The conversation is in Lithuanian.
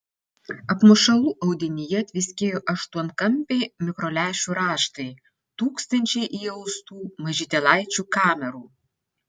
apmušalų audinyje tviskėjo aštuonkampiai mikrolęšių raštai tūkstančiai įaustų mažytėlaičių kamerų